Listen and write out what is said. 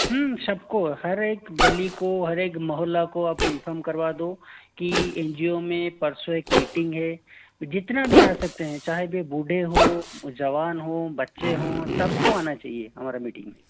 सबको हर एक गली को हर एक मोहल्ला को आप इन्फॉर्म करवा दो की एन जी ओ में परसों एक मीटिंग है जितना भी आ सकते हैं चाहे वे बूढे हों जवान हों बच्चे हों सब को आना चाहिए हमारा मीटींग में